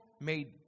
made